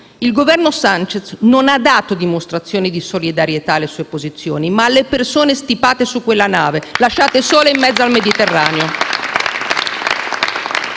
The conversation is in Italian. Il Governo Sánchez ha dato dimostrazioni di solidarietà non alle sue posizioni, ma alle persone stipate su quella nave, lasciate sole in mezzo al Mediterraneo.